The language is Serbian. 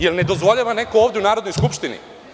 Jel ne dozvoljava neko ovde u Narodnoj skupštini?